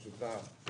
ברשותך,